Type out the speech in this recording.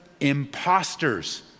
imposters